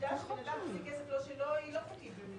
העובדה שבן אדם מחזיק כסף לא שלו היא לא חוקית במדינת ישראל.